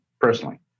personally